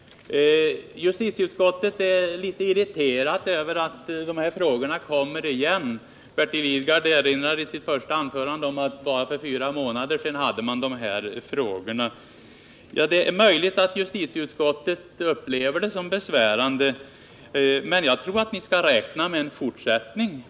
Justitieutskottet är litet irriterat över att de här frågorna kommer igen. Bertil Lidgard erinrade i sitt första anförande om att man bara för fyra månader sedan hade behandlat dessa frågor. Det är möjligt att justitieutskottet tycker att det är besvärande. Men jag tror att ni skall räkna med en fortsättning.